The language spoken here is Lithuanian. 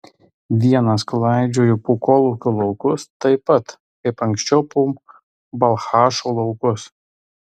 vienas klaidžioju po kolūkio laukus taip pat kaip anksčiau po balchašo laukus